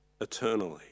eternally